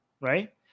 right